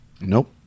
Nope